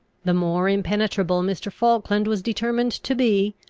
the more impenetrable mr. falkland was determined to be,